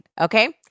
okay